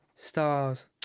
Stars